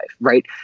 right